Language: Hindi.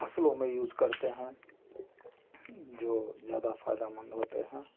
फसलों में यूज़ करते हैं जो ज़्यादा फ़ायदेमंद होते हैं